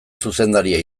zuzendaria